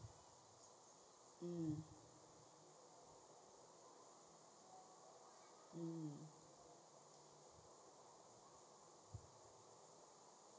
mm um